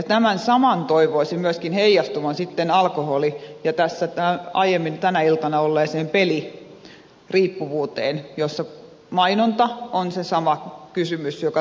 tämän saman toivoisin myöskin heijastuvan sitten alkoholi ja tässä aiemmin tänä iltana keskustelussa olleeseen peliriippuvuuteen joissa mainonta on se sama kysymys joka tapauksessa